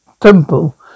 temple